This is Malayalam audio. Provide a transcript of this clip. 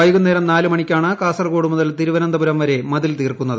വൈകുന്നേരം നാല് മണിക്കാണ് കാസർഗോഡ് മുതൽ തിരുവനന്തപുരം വരെ മതിൽ തീർക്കുന്നത്